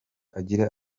agira